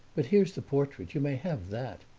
but here's the portrait you may have that,